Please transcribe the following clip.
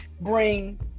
bring